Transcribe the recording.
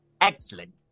excellent